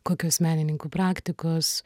kokios menininkų praktikos